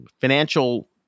financial